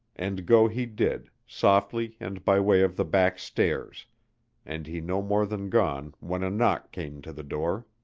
and go he did, softly and by way of the back stairs and he no more than gone when a knock came to the door.